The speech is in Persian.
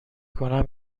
کنم